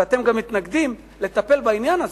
ואתם גם מתנגדים לטפל בעניין הזה.